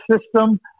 system